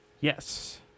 Yes